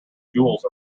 jewels